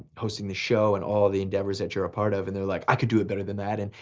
hosting the show and all the endeavors that you're a part of, and they're like, i can do it better than that and,